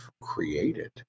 created